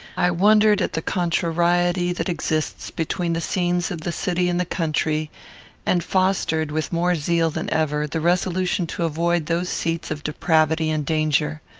i wondered at the contrariety that exists between the scenes of the city and the country and fostered, with more zeal than ever, the resolution to avoid those seats of depravity and danger.